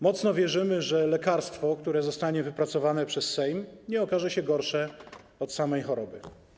Mocno wierzymy, że lekarstwo, które zostanie wypracowane przez Sejm, nie okaże się gorsze od samej choroby.